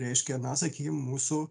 reiškia na sakykim mūsų